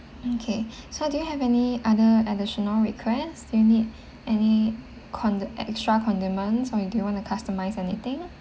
okay so do you have any other additional request do you need any cond~ extra condiments or do you want to customize anything